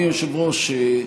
אדוני היושב-ראש,